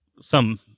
some-